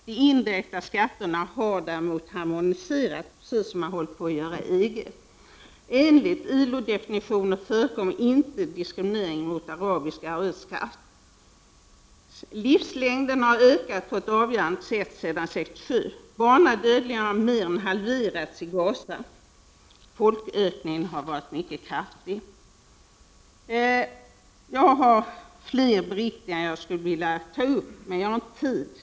De indirekta skatterna har däremot harmoniserats, precis som håller på att ske inom EG. 4. Enligt ILO-definitioner förekommer inte diskriminering mot arabisk arbetskraft. 5. Livslängden har ökat på ett avgörande sätt sedan 1967. Barnadödligheten har mer än halverats i Gaza, och folkökningen har varit mycket kraftig. Jag skulle vilja göra fler beriktiganden, men jag har inte tid.